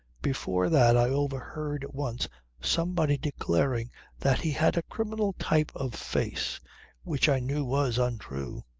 before that i overheard once somebody declaring that he had a criminal type of face which i knew was untrue.